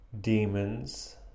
demons